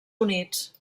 units